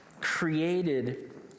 created